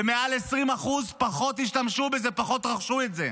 ומעל 20% פחות השתמשו בזה, פחות רכשו את זה,